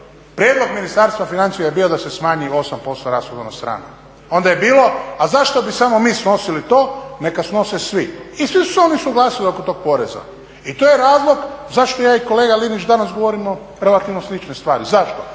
prijedlog Ministarstva financija je bio da se smanji 8% rashodovna strana. Onda je bilo a zašto bi samo mi snosili to, neka snose svi. I svi su se oni usuglasili oko tog poreza. I to je razlog zašto ja i kolega Linić danas govorimo relativno slične stvari. Zašto?